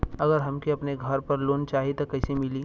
अगर हमके अपने घर पर लोंन चाहीत कईसे मिली?